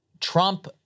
Trump